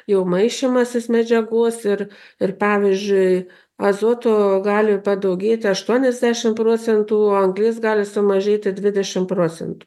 jau maišymasis medžiagos ir ir pavyzdžiui azoto gali padaugėti aštuoniasdešimt procento anglis gali sumažėti dvidešimt procentų